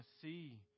see